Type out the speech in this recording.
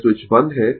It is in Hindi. यह स्विच बंद है